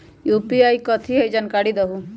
UPI कथी है? जानकारी दहु